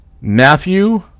Matthew